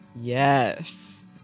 Yes